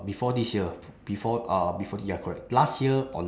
before this year before uh before ya correct last year on